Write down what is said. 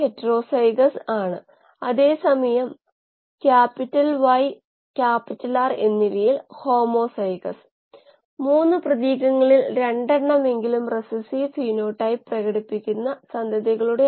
അതിനാൽ ഫലപ്രദമായ ചെയ്താൽ ഒരേ സമയം നിരവധി ഹ്രസ്വരൂപത്തിലുള്ള ബയോ റിയാക്ടറുകളിൽ ഒന്നിലധികം തന്ത്രങ്ങളും വേഗത്തിൽ സ്ക്രീനിംഗും ചെയ്യുന്നത് സാധ്യമാകും